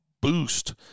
boost